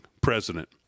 president